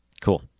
Cool